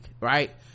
right